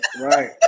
right